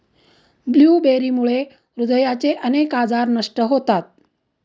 ब्लूबेरीमुळे हृदयाचे अनेक आजार नष्ट होतात